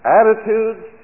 attitudes